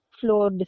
floor